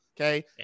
okay